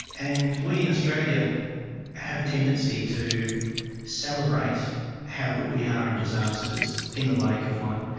and we in australia have a tendency to celebrate how good we are in disasters in the wake of one.